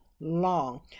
long